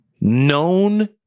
known